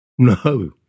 No